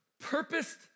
purposed